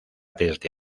desde